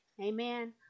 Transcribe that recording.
Amen